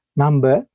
number